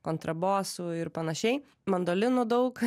kontrabosų ir panašiai mandolinų daug